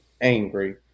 angry